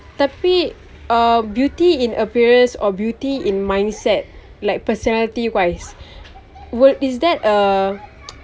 tapi uh beauty in appearance or beauty in mindset like personality wise would is that uh